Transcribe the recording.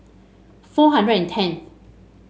four hundred and tenth